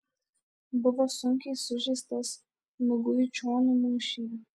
buvo sunkiai sužeistas miguičionių mūšyje